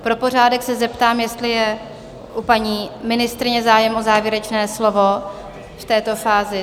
Pro pořádek se zeptám, jestli je u paní ministryně zájem o závěrečné slovo v této fázi?